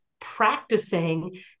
practicing